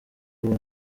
uwo